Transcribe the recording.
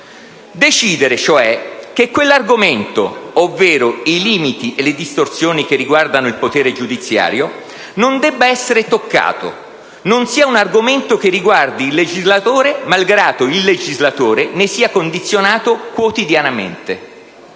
Decidere, cioè, che quell'argomento, ovvero i limiti e le distorsioni che riguardano il potere giudiziario, non debba essere toccato e non riguardi il legislatore, malgrado ne sia condizionato quotidianamente.